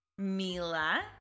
Mila